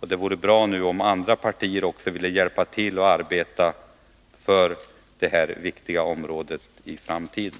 Det vore bra om nu också andra partier ville hjälpa till och arbeta för det här viktiga området i framtiden.